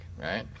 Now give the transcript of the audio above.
Right